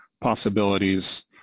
possibilities